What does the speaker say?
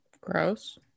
Gross